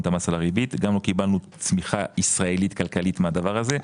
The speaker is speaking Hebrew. את המס על הריבית וגם לא קיבלנו צמיחה ישראלית כלכלית מהדבר הזה.